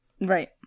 Right